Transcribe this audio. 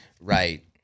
Right